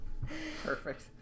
Perfect